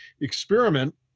experiment